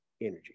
energy